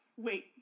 Wait